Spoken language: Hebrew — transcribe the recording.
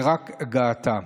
ורק גאתה.